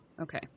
okay